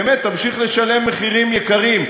באמת תמשיך לשלם מחירים יקרים.